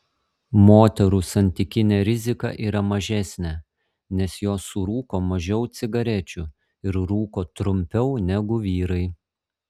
moterų santykinė rizika yra mažesnė nes jos surūko mažiau cigarečių ir rūko trumpiau negu vyrai